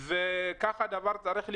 וכך הדבר צריך להיות,